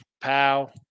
Pow